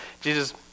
Jesus